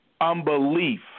unbelief